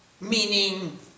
meaning